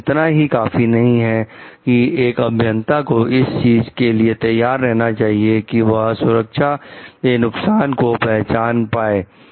तो इतना ही काफी नहीं है कि एक अभियंता को इस चीज के लिए तैयार किया जाए कि वह सुरक्षा के नुकसान को पहचान पाए